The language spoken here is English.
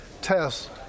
tests